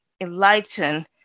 enlighten